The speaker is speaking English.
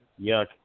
Yuck